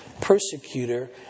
persecutor